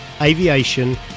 aviation